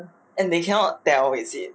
and they cannot tell is it